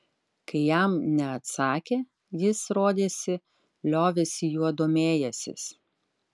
kai jam neatsakė jis rodėsi liovėsi juo domėjęsis